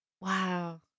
Wow